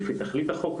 לפי תכלית החוק,